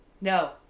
no